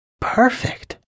perfect